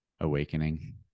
awakening